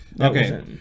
okay